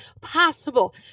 possible